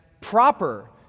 proper